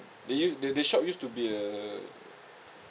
they u~ that that shop used to be a